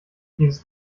dieses